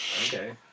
Okay